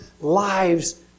lives